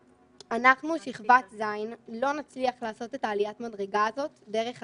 אנחנו שכבת ז' לא נצליח לעשות את עליית המדרגה הזאת דרך הזום.